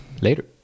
later